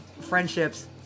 friendships